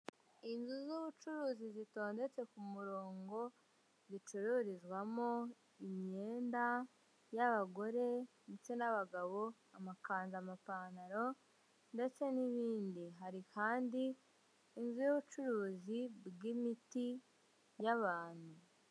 Inzu z'ubucuruzi zitondetse ku murongo, zicururizwamo imyenda y'abagore ndetse n'abagabo, amakanzu, amapantaro, ndetse n'ibindi. Hari kandi inzu y'ubucuruzi bw'imiti y'abantu.